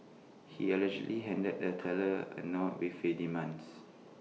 he allegedly handed the teller A note with his demands